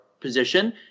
position